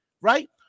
Right